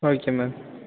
okay ma'am